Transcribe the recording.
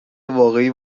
واقعی